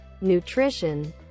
nutrition